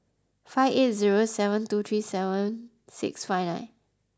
five eight zero seven two three seven six five nine